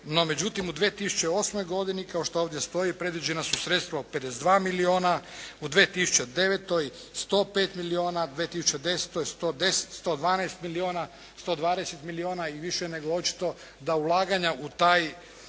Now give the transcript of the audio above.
međutim, u 2008. godini kao što ovdje stoji predviđena su sredstva od 52 milijuna. U 2009. 105 milijuna, 2010. 112 milijuna, 120 milijuna i više nego očito da ulaganja u taj